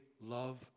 love